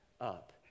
up